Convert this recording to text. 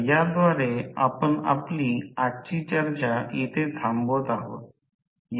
तर याद्वारे आपण आपली आजची चर्चा इथे थांबवत आहोत